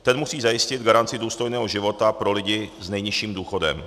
Ten musí zajistit garanci důstojného života pro lidi s nejnižším důchodem.